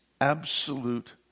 absolute